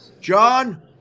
John